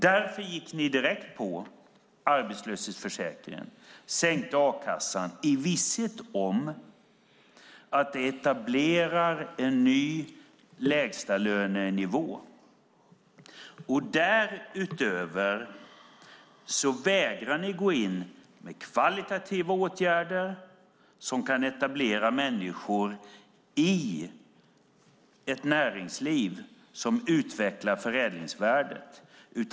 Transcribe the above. Därför gick ni direkt på arbetslöshetsförsäkringen och sänkte a-kassan i visshet om att detta etablerar en ny lägstalönenivå. Därutöver vägrar ni gå in med kvalitativa åtgärder som kan etablera människor i ett näringsliv som utvecklar förädlingsvärdet.